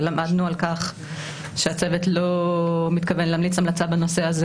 ורק השבוע למדנו על כך שהצוות לא מתכוון להמליץ המלצה בנושא הזה,